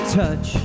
touch